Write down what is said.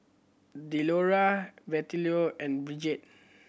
Delora Bettylou and Brigette